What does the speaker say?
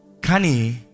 Kani